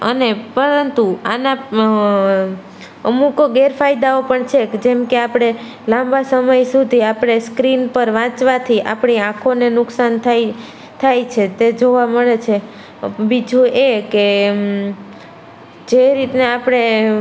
અને પરંતુ આના અમુક ગેરફાયદાઓ પણ છે ક જેમકે આપણે લાંબા સમય સુધી આપણે સ્ક્રીન પર વાંચવાથી આપણી આંખોને નુકસાન થાય થાય છે તે જોવા મળે છે બીજું એ કે જે રીતના આપણે